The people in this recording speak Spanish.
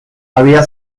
había